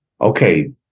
okay